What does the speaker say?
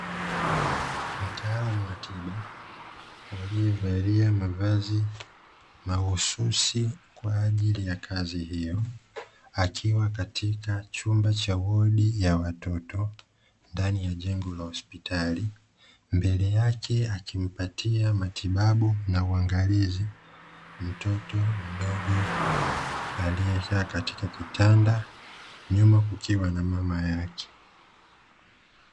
Mtaalamu wa tiba alievalia mavazi mahususi kwa ajili ya kazi hiyo, akiwa katika chumba cha wodi ya watoto ndani ya jengo la hospitali, mbele yake akimpatia matibabu na uangalizi mtoto mdogo katika kitanda nyuma kukiwa na mama yake.